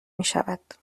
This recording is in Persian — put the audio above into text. میشود